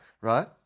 Right